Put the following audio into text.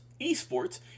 ESports